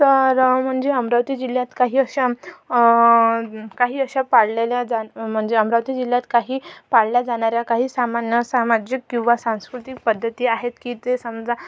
तर म्हणजे अमरावती जिल्ह्यात काही अशा काही अशा पाळलेल्या जान म्हणजे अमरावती जिल्ह्यात काही पाळल्या जाणाऱ्या काही सामान्य सामाजिक किंवा सांस्कृतिक पद्धती आहेत की ते समजा